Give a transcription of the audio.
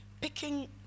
picking